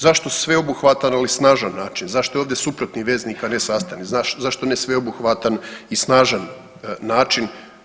Zašto sveobuhvatan, ali snažan način, zašto je ovdje suprotni veznik, a ne sastavni, zašto ne sveobuhvatan i snažan način?